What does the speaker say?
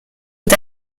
est